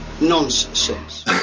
nonsense